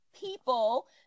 people